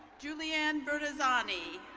julianne bernazani.